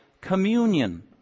Communion